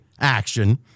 action